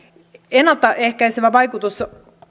ennalta ehkäisevä vaikutus